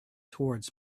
towards